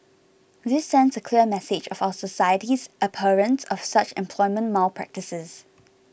this sends a clear message of our society's abhorrence of such employment malpractices